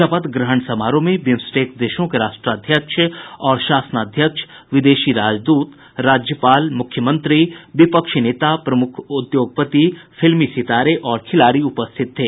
शपथ ग्रहण समारोह में बिम्सटेक देशों के राष्ट्राध्यक्ष और शासनाध्यक्ष विदेशी राजदूत राज्यपाल मुख्यमंत्री विपक्षी नेता प्रमुख उद्योगपति फिल्मी सितारे और खिलाड़ी उपस्थित थे